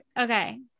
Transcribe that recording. Okay